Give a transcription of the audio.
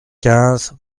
quinze